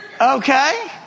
Okay